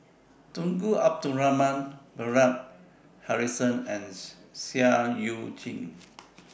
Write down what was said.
Tunku Abdul Rahman Bernard Harrison and Seah EU Chin